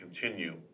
continue